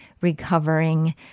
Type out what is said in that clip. recovering